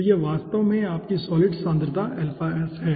तो यह वास्तव में आपकी सॉलिड सांद्रता है